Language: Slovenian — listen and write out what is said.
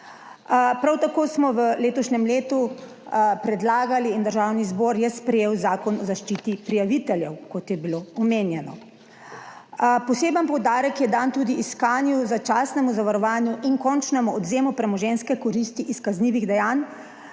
Prav tako smo v letošnjem letu predlagali in Državni zbor je sprejel Zakon o zaščiti prijaviteljev kot je bilo omenjeno. Poseben poudarek je dan tudi iskanju začasnemu zavarovanju in končnemu odvzemu premoženjske koristi iz kaznivih dejanj.